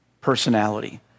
personality